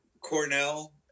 Cornell